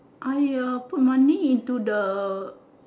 I uh put money into the